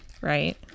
right